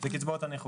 זה קצבאות הנכות.